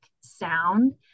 sound